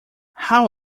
how